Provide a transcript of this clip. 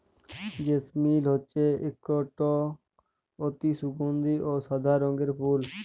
জেসমিল হছে ইকট অতি সুগাল্ধি অ সাদা রঙের ফুল